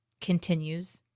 continues